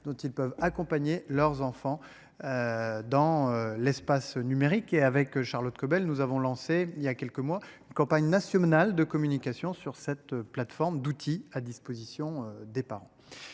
dont ils peuvent accompagner leurs enfants. Dans l'espace numérique et avec Charlotte Caubel, nous avons lancé il y a quelques mois une campagne nationale de communication sur cette plateforme d'outils à disposition des parents,